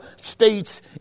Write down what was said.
states